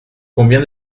combien